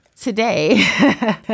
Today